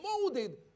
molded